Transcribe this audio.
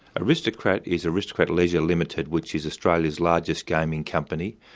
aristocrat is aristocrat leisure limited, which is australia's largest gaming company,